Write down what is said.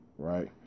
Right